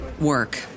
work